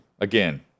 Again